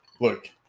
look